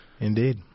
Indeed